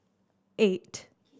eight